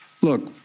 Look